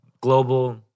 global